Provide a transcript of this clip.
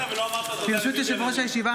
ברשות יושב-ראש הישיבה,